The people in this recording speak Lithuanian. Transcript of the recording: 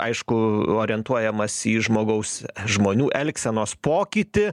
aišku orientuojamasi į žmogaus žmonių elgsenos pokytį